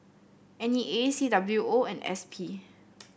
N E A C W O and S P